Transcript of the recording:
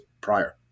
prior